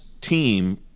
team